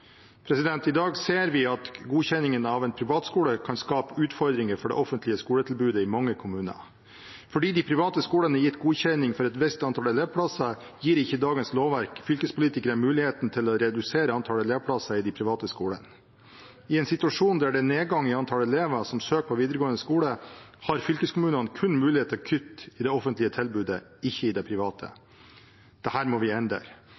I dag ser vi at godkjenningen av en privatskole kan skape utfordringer for det offentlige skoletilbudet i mange kommuner. Fordi de private skolene er gitt godkjenning for et visst antall elevplasser, gir ikke dagens lovverk fylkespolitikere muligheten til å redusere antall elevplasser i de private skolene. I en situasjon der det er nedgang i antall elever som søker på videregående skole, har fylkeskommunene kun mulighet til å kutte i det offentlige tilbudet, ikke i det private. Dette må vi endre.